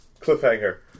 cliffhanger